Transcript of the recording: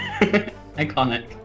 Iconic